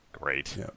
great